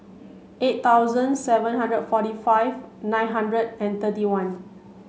eight thousand seven hundred and forty five nine hundred and thirty one